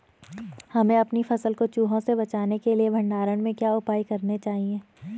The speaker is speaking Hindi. हमें अपनी फसल को चूहों से बचाने के लिए भंडारण में क्या उपाय करने चाहिए?